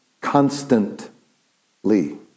Constantly